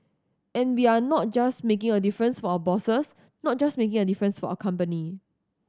and we are not just making a difference for our bosses not just making a difference for our company